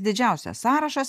didžiausias sąrašas